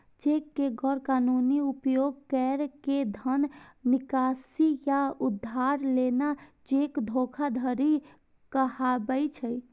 cheque के गैर कानूनी उपयोग कैर के धन निकासी या उधार लेना चेक धोखाधड़ी कहाबै छै